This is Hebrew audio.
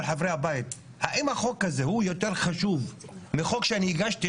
חברי הבית: האם החוק הזה יותר חשוב מחוק שאני הגשתי,